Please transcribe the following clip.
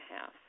half